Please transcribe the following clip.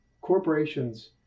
corporations